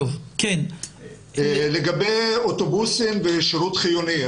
לגבי אוטובוסים ושירות חיוני.